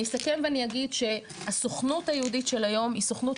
אני אסכם ואני אגיד שהסוכנות היהודית של היום היא סוכנות